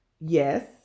yes